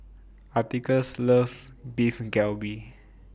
Atticus loves Beef Galbi